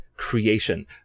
creation